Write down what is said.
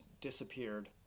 disappeared